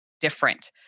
different